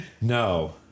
No